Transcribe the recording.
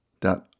dot